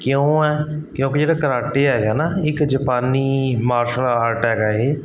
ਕਿਉਂ ਹੈ ਕਿਉਂਕਿ ਜਿਹੜਾ ਕਰਾਟੇ ਹੈਗਾ ਨਾ ਇੱਕ ਜਪਾਨੀ ਮਾਰਸ਼ ਆਰਟ ਹੈਗਾ ਇਹ